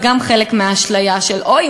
גם זה חלק מהאשליה של: אוי,